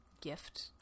gift